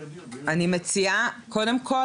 קודם כל